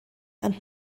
and